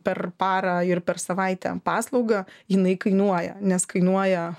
per parą ir per savaitę paslaugą jinai kainuoja nes kainuoja